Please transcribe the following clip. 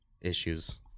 issues